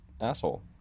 asshole